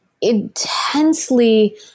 intensely